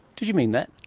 did you mean that?